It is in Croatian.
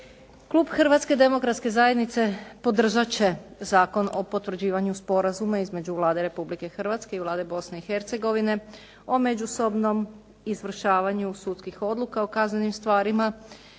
Klub Hrvatske demokratske zajednice podržat će Zakona sporazuma između Vlada Republike Hrvatske i Vlade Bosne i Hercegovine o međusobnom izvršenju sudskih odluka o kaznenim stvarima